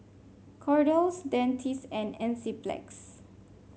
Kordel's Dentiste and Enzyplex